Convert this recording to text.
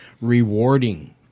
rewarding